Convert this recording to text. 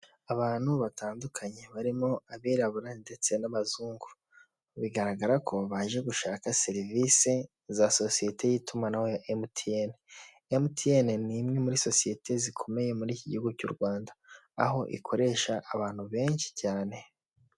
Abantu batandukanye barimo abirabura ndetse n'abazungu ,bigaragara ko baje gushaka serivisi za sosiyete y'itumanaho MTN. MTN ni imwe muri sosiyete zikomeye muri iki gihugu cy'u Rwanda, aho ikoresha abantu benshi cyane.